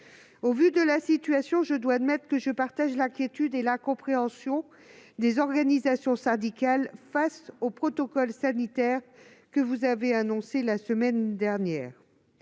Au vu de la situation, je dois admettre que je partage l'inquiétude et l'incompréhension des organisations syndicales face au protocole sanitaire que Jean-Michel Blanquer a annoncé la semaine dernière.